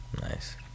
nice